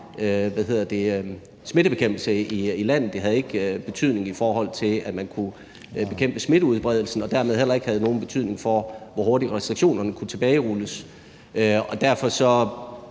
smittebekæmpelse i landet, at det ikke havde en betydning i forhold til, at man kunne bekæmpe smitteudbredelsen, og at det dermed heller ikke havde nogen betydning for, hvor hurtigt restriktionerne kunne tilbagerulles. Derfor er